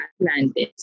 Atlantis